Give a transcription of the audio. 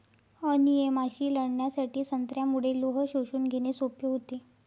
अनिमियाशी लढण्यासाठी संत्र्यामुळे लोह शोषून घेणे सोपे होते